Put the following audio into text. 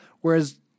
Whereas